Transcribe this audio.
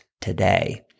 today